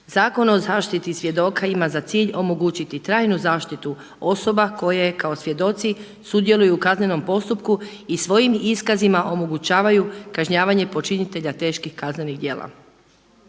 Zakon o zaštiti svjedoka ima za cilj omogućiti trajnu zaštitu osoba koje kao svjedoci sudjeluju u kaznenom postupku i svojim iskazima omogućavaju kažnjavanje počinitelja teških kaznenih djela.